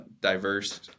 diverse